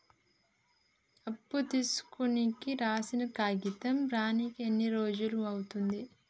అప్పు తీసుకోనికి రాసిన కాగితం రానీకి ఎన్ని రోజులు అవుతది?